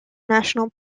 national